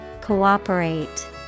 Cooperate